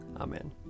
Amen